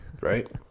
Right